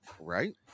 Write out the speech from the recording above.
Right